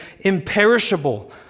imperishable